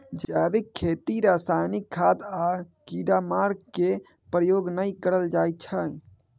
जैबिक खेती रासायनिक खाद आ कीड़ामार केर प्रयोग नहि कएल जाइ छै